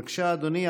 בבקשה, אדוני.